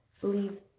Believe